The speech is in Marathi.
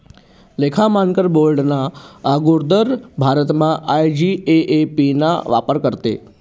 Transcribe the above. लेखा मानकर बोर्डना आगुदर भारतमा आय.जी.ए.ए.पी ना वापर करेत